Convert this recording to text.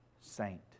saint